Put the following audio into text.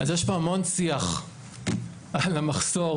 אז יש פה המון שיח על המחסור.